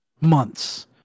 months